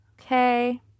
okay